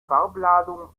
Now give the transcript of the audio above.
farbladung